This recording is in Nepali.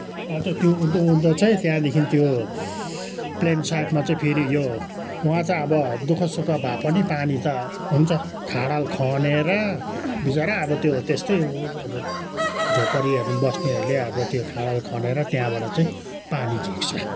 अन्त त्यो उँधो उँधो चाहिँ त्यहाँदेखि त्यो प्लेन साइडमा चाहिँ फेरि यो वहाँ त अब दुःख सुख भए पनि पानी त हुन्छ खाडल खनेर बिचरा अब त्यो त्यस्तै अब झोपडीहरूमा बस्नेहरूले आबो त्यो खाडल खनेर त्यहाँबाट चाहिँ पानी झिक्छ